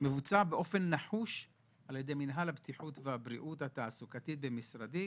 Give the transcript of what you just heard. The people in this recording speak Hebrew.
מבוצע באופן נחוש על ידי מינהל הבטיחות והבריאות התעסוקתית במשרדי,